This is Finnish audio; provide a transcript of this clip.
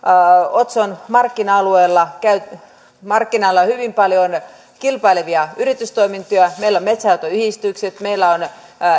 otson markkina alueella hyvin paljon kilpailevia yritystoimintoja meillä on metsänhoitoyhdistykset meillä on